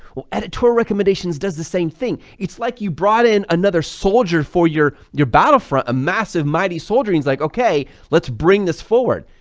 editorial recommendations does the same thing, it's like you brought in another soldier for your your battlefront a massive mighty soldier is like, okay, let's bring this forward,